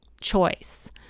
choice